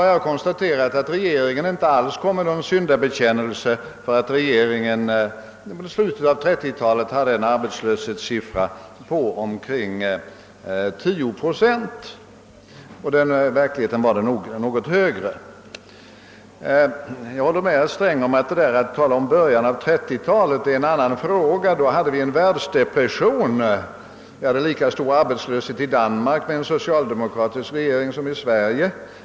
Jag har konstaterat att regeringen inte alls har avlagt någon syndabekännelse för att den i slutet av 1930-talet hade en arbetslöshet på omkring 10 procent; i verkligheten var den t.o.m. något högre. Jag håller med herr Sträng om att läget i början av 1930-talet är en annan fråga. Då hade vi en världsdepression, och det rådde lika stor arbetslöshet i Danmark med en socialdemokratisk regering som i Sverige.